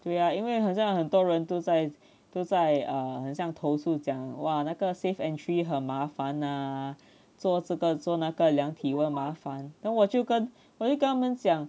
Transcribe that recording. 对呀因为好像很多人都在都在 err 很像投诉讲哇那个 safe entry 很麻烦啊做这个做那个量体温麻烦等我去跟他们讲